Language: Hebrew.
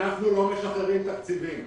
אנחנו לא משחררים תקציבים.